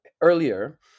earlier